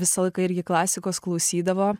visą laiką irgi klasikos klausydavo